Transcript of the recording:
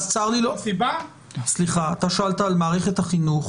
אתה שאלת על מערכת החינוך,